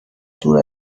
دور